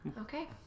Okay